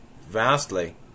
vastly